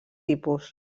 tipus